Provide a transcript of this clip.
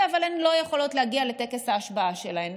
אבל הן לא יכולות להגיע לטקס ההשבעה שלהם.